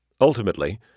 Ultimately